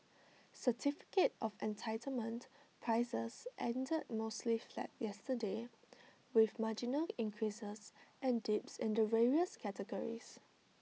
certificate of entitlement prices ended mostly flat yesterday with marginal increases and dips in the various categories